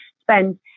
spend